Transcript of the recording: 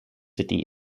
city